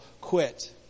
quit